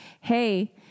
hey